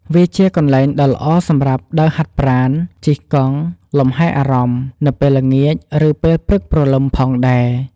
វាជាកន្លែងដ៏ល្អសម្រាប់ ដើរហាត់ប្រាណ ជិះកង់ លំហែអារម្មណ៍ នៅពេលល្ងាច ឬពេលព្រឹកព្រលឹមផងដែរ។